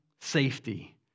safety